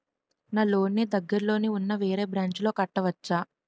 నా లోన్ నీ దగ్గర్లోని ఉన్న వేరే బ్రాంచ్ లో కట్టవచా?